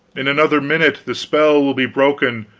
in another minute the spell will be broken,